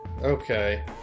okay